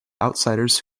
outsiders